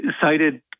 cited